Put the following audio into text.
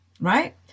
Right